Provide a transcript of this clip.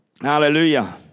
Hallelujah